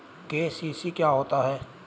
KCC क्या होता है?